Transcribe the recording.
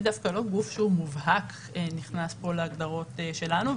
דווקא לא גוף שהוא מובהק נכנס כאן להגדרות שלנו.